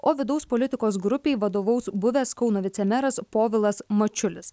o vidaus politikos grupei vadovaus buvęs kauno vicemeras povilas mačiulis